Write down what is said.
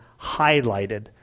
highlighted